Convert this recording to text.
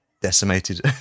decimated